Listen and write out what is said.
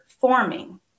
forming